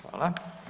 Hvala.